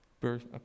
birth